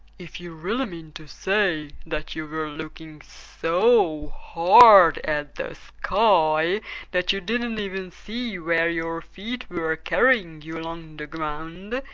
if you really mean to say that you were looking so hard at the sky that you didn't even see where your feet were carrying you along the ground,